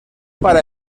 para